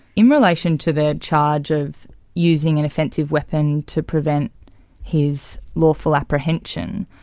in relation to the charge of using an offensive weapon to prevent his lawful apprehension,